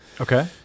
okay